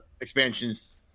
expansions